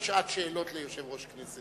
אין שעת שאלות ליושב-ראש כנסת,